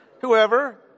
whoever